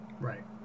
right